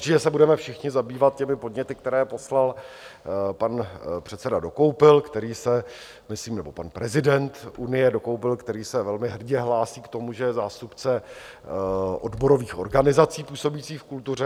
Určitě se budeme všichni zabývat těmi podněty, které poslal pan předseda Dokoupil, který se, myslím, nebo pan prezident unie Dokoupil, který se velmi hrdě hlásí k tomu, že je zástupce odborových organizací působících v kultuře.